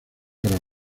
para